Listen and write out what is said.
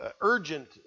urgent